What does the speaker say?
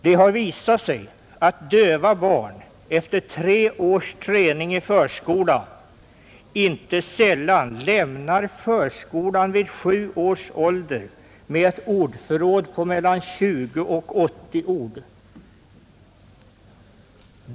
Det har visat sig att döva barn efter tre års träning i förskola inte sällan lämnar förskolan vid sju års ålder med ett ordförråd på endast mellan 20 och 80 ord.